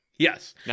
Yes